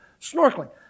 snorkeling